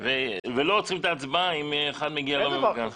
ולא עוצרים את ההצבעה אם אחד מגיע לא ממוגן.